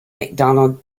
macdonald